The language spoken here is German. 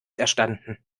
erstanden